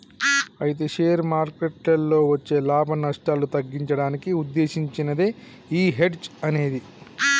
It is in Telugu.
అయితే షేర్ మార్కెట్లలో వచ్చే లాభాలు నష్టాలు తగ్గించడానికి ఉద్దేశించినదే ఈ హెడ్జ్ అనేది